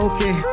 Okay